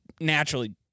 naturally